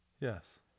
Yes